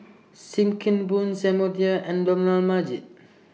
SIM Kee Boon Samuel Dyer and Dollah Majid